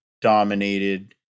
dominated